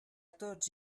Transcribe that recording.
tots